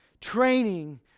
training